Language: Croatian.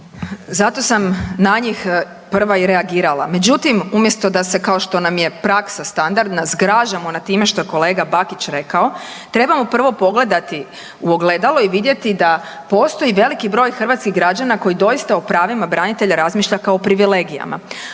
Zato sam na njih prva i reagirala. Međutim, umjesto da se kao što nam je praksa standardna zgražamo nad time što je kolega Bakić rekao, trebamo prvo pogledati u ogledalo i vidjeti da postoji veliki broj hrvatskih građana koji doista o pravima branitelja razmišlja kao privilegijama.